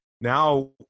Now